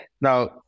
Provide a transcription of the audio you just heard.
now